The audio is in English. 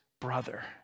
brother